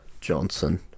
Johnson